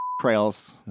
trails